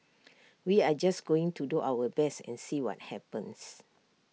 we are just going to do our best and see what happens